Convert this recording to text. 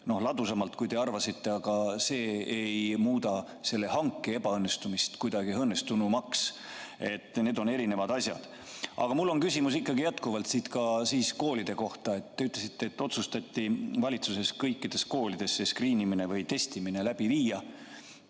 ladusamalt, kui te arvasite, aga see ei muuda selle hanke ebaõnnestumist kuidagi õnnestunumaks. Need on erinevad asjad. Aga mul on küsimus ikkagi jätkuvalt koolide kohta. Te ütlesite, et valitsuses otsustati kõikides koolides skriinimine või testimine läbi viia.